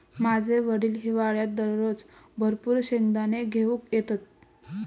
माझे वडील हिवाळ्यात दररोज भरपूर शेंगदाने घेऊन येतत